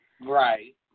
Right